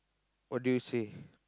what do you say